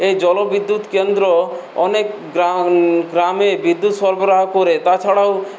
এই জলবিদ্যুৎ কেন্দ্র অনেক গ্রাম গ্রামে বিদ্যুৎ সরবরাহ করে তাছাড়াও